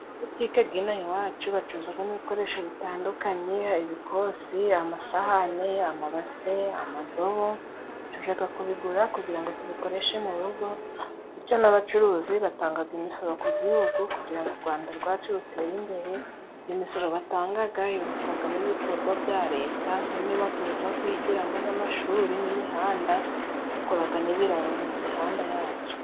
Amabutike ginaha iwacu bacuruzagamo ibikoresho bitandukanye: ibikosi, amasahane, amabase, amadobo, tujaga kubigura kugira ngo tubikoreshe mu rugo, bityo n'abacuruzi batangaga imisoro ku Gihugu kugira ngo u Rwanda rwacu rutere imbere. Iyo misoro batangaga yubakwagamo ibikorwa bya leta nk'inyubako zo kwigiramo nk'amashuri, n'imihanda. Bakoraga n'ibiraro mu mihanda yacu.